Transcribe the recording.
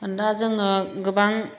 दा जोङो गोबां